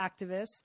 activists